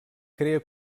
crea